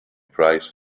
prize